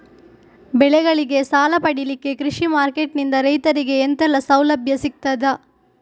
ಬೆಳೆಗಳಿಗೆ ಸಾಲ ಪಡಿಲಿಕ್ಕೆ ಕೃಷಿ ಮಾರ್ಕೆಟ್ ನಿಂದ ರೈತರಿಗೆ ಎಂತೆಲ್ಲ ಸೌಲಭ್ಯ ಸಿಗ್ತದ?